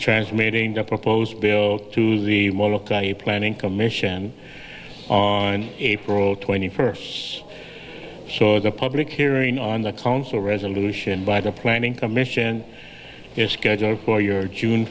transmitting the proposed bill to the look at a planning commission on april twenty first so the public hearing on the council resolution by the planning commission is scheduled for your june